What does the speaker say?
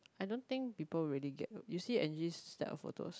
I don't think people really get it you see Angie their photos